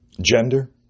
gender